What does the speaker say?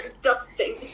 Dusting